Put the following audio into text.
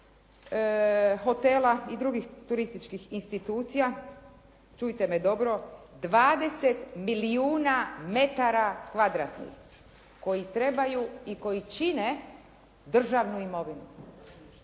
hotela i drugih turističkih institucija, čujte me dobro 20 milijuna metara kvadratnih, koji trebaju i koji čine državnu imovinu,